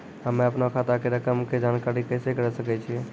हम्मे अपनो खाता के रकम के जानकारी कैसे करे सकय छियै?